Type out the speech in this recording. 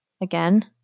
again